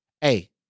Hey